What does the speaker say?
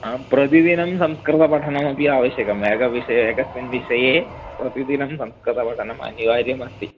हा प्रतिदिनं संस्कृतपठनमपि आवश्यकम् एकविषये एकस्मिन् विषये प्रतिदिनं संस्कृतपठनम् अनिवार्यमस्ति